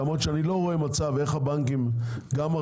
למרות שאני לא רואה מצב איך הבנקים גם מרוויחים,